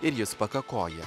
ir jis pakakoja